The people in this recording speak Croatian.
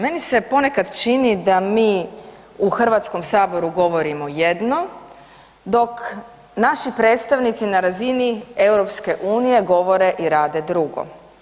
Meni se ponekad čini da mi u Hrvatskom saboru govorimo jedno dok naši predstavnici na razini EU govore i rade drugo.